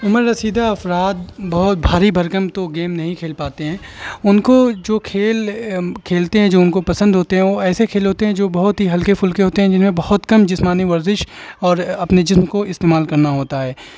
عمر رسیدہ افراد بہت بھاری بھرکم تو گیم نہیں کھیل پاتے ہیں ان کو جو کھیل کھیلتے ہیں جو ان کو پسند ہوتے ہیں وہ ایسے کھیل ہوتے ہیں جو بہت ہی ہلکے پھلکے ہوتے ہیں جن میں بہت کم جسمانی ورزش اور اپنے جسم کو استعمال کرنا ہوتا ہے